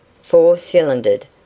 Four-cylindered